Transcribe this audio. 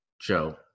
Joe